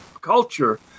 culture